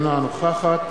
אינה נוכחת